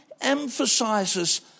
emphasizes